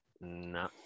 No